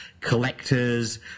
collectors